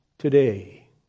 Today